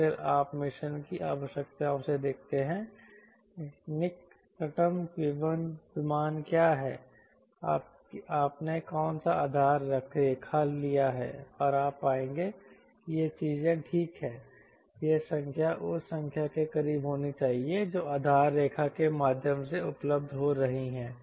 और फिर आप मिशन की आवश्यकताओं से देखते हैं निकटतम विमान क्या है आपने कौन सा आधार रेखा लिया है और आप पाएंगे कि ये चीजें ठीक हैं यह संख्या उस संख्या के करीब होनी चाहिए जो आधार रेखा के माध्यम से उपलब्ध हो रही है